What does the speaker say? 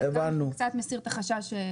זה קצת מסיר את החשש.